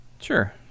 Sure